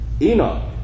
Enoch